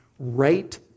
right